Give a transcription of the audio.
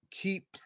keep